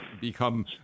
become